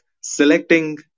selecting